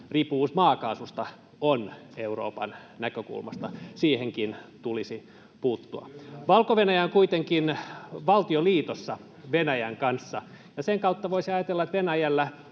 riippuvuus maakaasusta on Euroopan näkökulmasta. Siihenkin tulisi puuttua. Valko-Venäjä on kuitenkin valtioliitossa Venäjän kanssa, ja sen kautta voisi ajatella, että Venäjällä